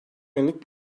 yönelik